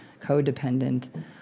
codependent